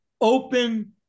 open